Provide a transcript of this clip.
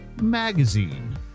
Magazine